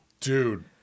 Dude